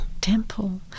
Temple